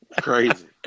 Crazy